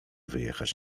wyjechać